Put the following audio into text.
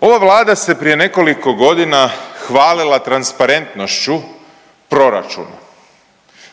Ova Vlada se prije nekoliko godina hvalila transparentnošću proračuna.